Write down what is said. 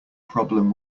problem